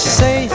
say